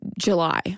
July